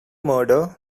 murder